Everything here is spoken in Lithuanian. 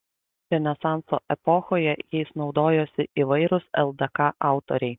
renesanso epochoje jais naudojosi įvairūs ldk autoriai